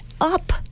up